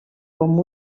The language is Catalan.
com